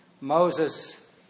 Moses